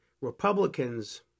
Republicans